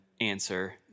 answer